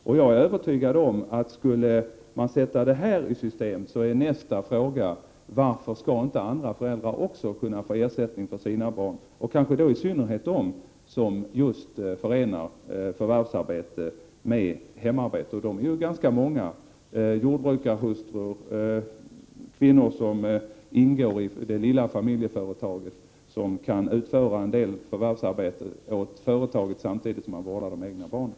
Och jag är övertygad om att skulle man sätta detta i system blir nästa fråga: Varför skall inte också andra föräldrar kunna få ersättning för sina barn? Det gäller kanske i synnerhet dem som förenar förvärvsarbete med hemarbete, och de är ju ganska många: t.ex. jordbrukarhustrur eller kvinnor som ingår i det lilla familjeföretaget och kan utföra en del förvärvsarbete åt företaget samtidigt som de vårdar de egna barnen.